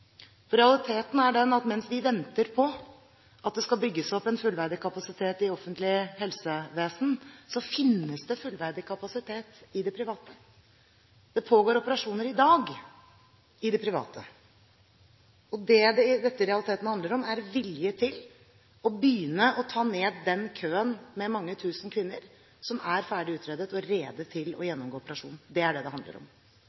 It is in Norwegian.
for at det inngås avtaler. Realiteten er den at mens vi venter på at det skal bygges opp en fullverdig kapasitet i det offentlige helsevesenet, finnes det fullverdig kapasitet i det private. Det pågår operasjoner i dag i det private. Det dette i realiteten handler om, er vilje til å begynne å ta ned den køen med mange tusen kvinner som er ferdig utredet og rede til å gjennomgå operasjon. Det er det det handler om.